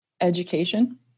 education